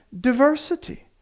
diversity